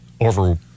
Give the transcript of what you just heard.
over